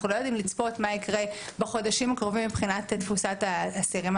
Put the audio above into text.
אנחנו לא יודעים לצפות מה יקרה בחודשים הקרובים מבחינת תפוסת האסירים.